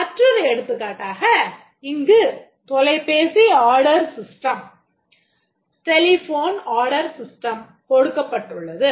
மற்றொரு எடுத்துக்காட்டாக இங்கு தொலைபேசி ஆர்டர் system கொடுக்கப்பட்டுள்ளது